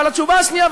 אבל התשובה השנייה,